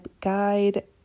guide